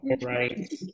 Right